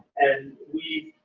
and we.